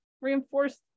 reinforce